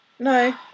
No